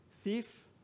thief